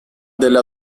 delle